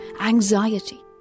anxiety